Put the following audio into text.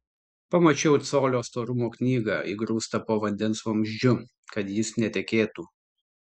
pamačiau colio storumo knygą įgrūstą po vandens vamzdžiu kad jis netekėtų